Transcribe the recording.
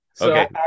Okay